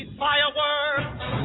fireworks